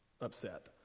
upset